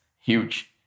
huge